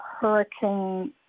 Hurricane